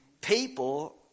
People